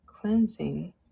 cleansing